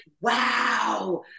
wow